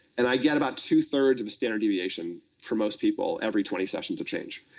and i get about two-thirds of a standard deviation for most people, every twenty sessions of change.